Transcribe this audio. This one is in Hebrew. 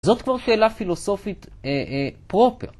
זאת כבר שאלה פילוסופית פרופר.